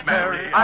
Mary